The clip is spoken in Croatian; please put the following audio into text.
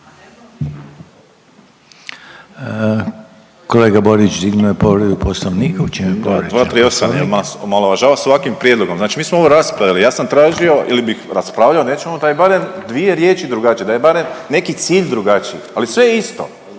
Kolega Borić dignuo je povredu Poslovnika, u čemu je povrijeđen Poslovnik? **Borić, Josip (HDZ)** 238. omalovažava svaki prijedlogom. Znači mi smo ovo raspravili, ja sam tražio ili bih raspravljao o nečemu da je barem dvije riječi drugačije, da je barem neki cilj drugačiji ali sve je isto.